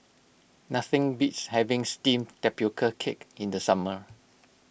nothing beats having Steamed Tapioca Cake in the summer